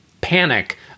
panic